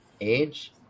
Age